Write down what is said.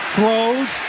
Throws